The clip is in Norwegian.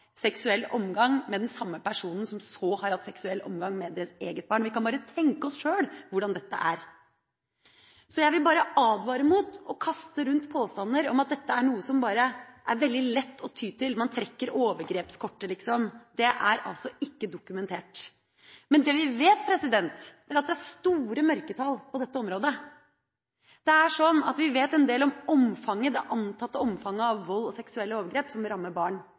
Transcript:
seksuell omgang med den samme personen som deretter hadde hatt seksuell omgang med deres eget barn. Vi kan bare tenke oss sjøl hvordan dette er. Jeg vil bare advare mot å kaste rundt påstander om at dette er noe som er veldig lett å ty til, og at man liksom trekker fram overgrepskortet. Det er ikke dokumentert. Men det vi vet, er at det er store mørketall på dette området. Vi vet en del om det antatte omfanget av vold og seksuelle overgrep som rammer barn